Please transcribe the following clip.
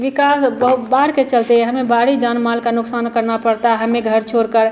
विकास बहु बाढ़ के चलते हमें भारी जान माल का नुकसान करना पड़ता है हमें घर छोड़कर